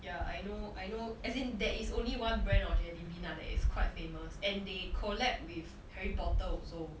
yeah I know I know as in there is only one brand of jellybean ah that is quite famous and they collab~ with Harry Potter also